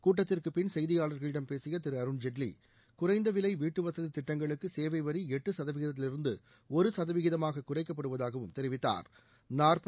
கூட்டத்திற்கு பின் செய்தியாளர்களிடம் பேசிய திரு அருண் ஜெட்வி குறைந்த விலை வீட்டுவசதி திட்டங்களுக்கு சேவை வரி எட்டு சதவிதத்திவிருந்து ஒரு சதவிதமாக குறைக்கப்படுவதாகவும் தெரிவித்தாா்